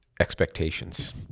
expectations